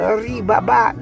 ribaba